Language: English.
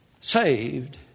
Saved